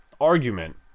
argument